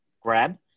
Grab